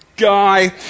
Guy